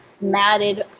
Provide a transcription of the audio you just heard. matted